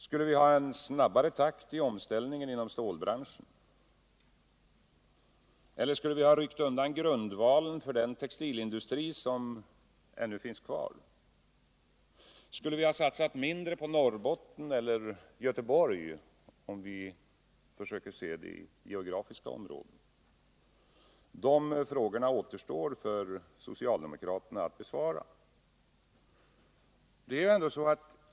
Skulle vi ha en snabbare takt i omställningen inom stålbranschen? Eller skulle vi ha ryckt undan grundvalen för den textilindustri som ännu finns kvar? Skulle vi ha satsat mindre på Norrbotten eller Göteborg — för att se det geografiskt? De frågorna återstår för socialdemokraterna att besvara.